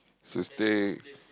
so stay